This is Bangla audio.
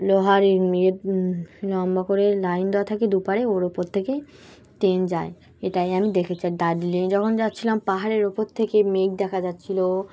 লোহার ইয়ে লম্বা করে লাইন দেওয়া থাকে দুপারে ওর ওপর থেকেই ট্রেন যায় এটাই আমি দেখেছি দার্জিলিংয়ে যখন যাচ্ছিলাম পাহাড়ের ওপর থেকে মেঘ দেখা যাচ্ছিলো